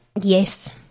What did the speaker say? Yes